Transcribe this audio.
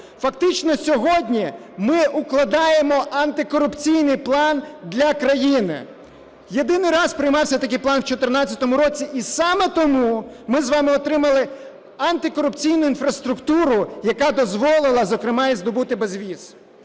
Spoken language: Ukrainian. Фактично сьогодні ми укладаємо антикорупційний план для країни. Єдиний раз приймався такий план у 14-му році, і саме тому ми з вами отримали антикорупційну інфраструктуру, яка дозволила, зокрема, і здобути безвіз.